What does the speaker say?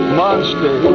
monster